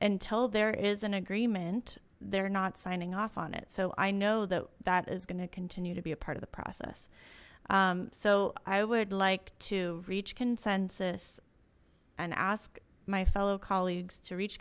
until there is an agreement they're not signing off on it so i know that that is going to continue to be a part of the process so i would like to reach consensus and ask my fellow colleagues to reach